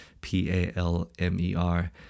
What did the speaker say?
P-A-L-M-E-R